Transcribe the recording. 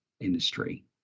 industry